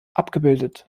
abgebildet